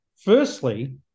Firstly